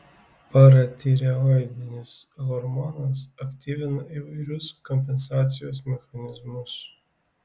paratireoidinis hormonas aktyvina įvairius kompensacijos mechanizmus